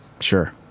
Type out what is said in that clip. Sure